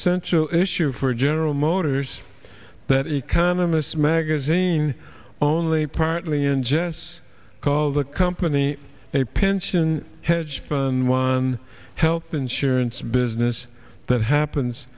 central issue for general motors that economists magazine only partly ingests call the company a pension hedge fund one help insurance business that happens